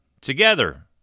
together